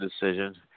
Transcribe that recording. decision